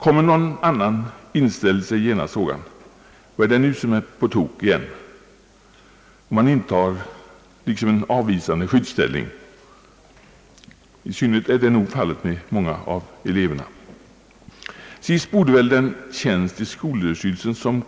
Kommer någon annan, inställer sig genast frågan: »Vad är det nu som är på tok igen?» Många av eleverna intar liksom en avvisande skyddsställning. Vidare borde den tjänst i skolöverstyrelsen som